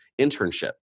internship